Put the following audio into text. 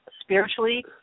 spiritually